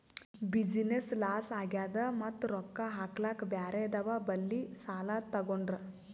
business loss ಆಗ್ಯಾದ್ ಮತ್ತ ರೊಕ್ಕಾ ಹಾಕ್ಲಾಕ್ ಬ್ಯಾರೆದವ್ ಬಲ್ಲಿ ಸಾಲಾ ತೊಗೊಂಡ್ರ